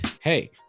hey